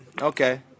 Okay